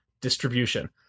distribution